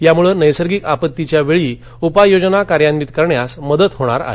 यामुळे नस्तिर्गिक आपत्तीच्या वेळी उपाययोजना कार्यान्वित करण्यास मदत होणार आहे